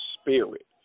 spirit